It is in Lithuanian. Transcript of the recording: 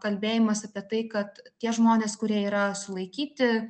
kalbėjimas apie tai kad tie žmonės kurie yra sulaikyti